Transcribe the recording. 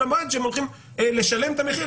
המועד הוא שהם הולכים לשלם את המחיר.